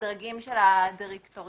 בדרגים של הדירקטוריונים,